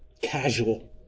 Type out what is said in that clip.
casual